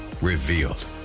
Revealed